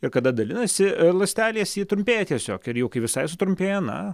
ir kada dalinasi ląstelės ji trumpėja tiesiog ir jau kai visai sutrumpėja na